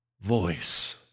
voice